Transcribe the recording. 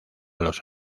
los